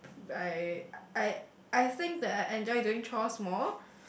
I I I think that I enjoy doing chores more